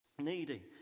needy